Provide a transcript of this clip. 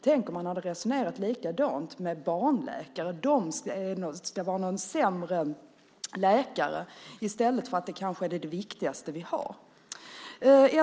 Tänk om man hade resonerat likadant om barnläkare, att de skulle vara någon sorts sämre läkare, i stället för att de kanske är det viktigaste vi har.